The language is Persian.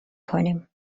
کنیم